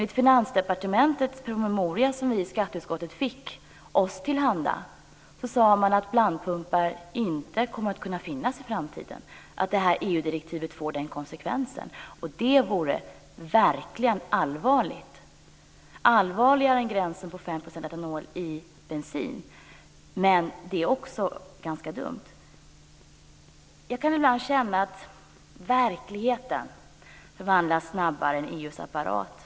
I Finansdepartementets promemoria som vi i skatteutskottet fick oss till handa sade man att blandpumpar inte kommer att finnas i framtiden. EU-direktivet får den konsekvensen. Det vore verkligen allvarligt, allvarligare än gränsen på 5 % etanol i bensin, men det är också ganska dumt. Jag kan ibland känna att verkligheten förvandlas snabbare än EU:s apparat.